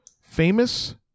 Famous